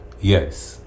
Yes